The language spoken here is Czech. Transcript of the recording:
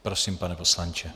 Prosím, pane poslanče.